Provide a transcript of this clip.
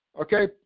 okay